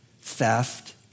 theft